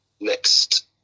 next